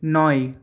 নয়